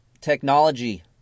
technology